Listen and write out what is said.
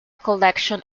collection